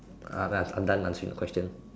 uh I'm done answering the question